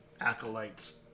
Acolyte's